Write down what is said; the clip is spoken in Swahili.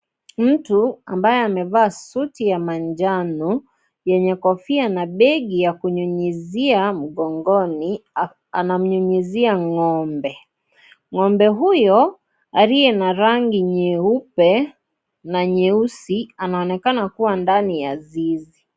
Mtu ambaye amevaa suti ya manjano yenye kofia na begi ya kunyunyizia mgongoni anamnyunyizia ngombe, ngombe huyo aliye na rangi nyeupe na nyeusi anaonekana kuwa ndani ya zizi.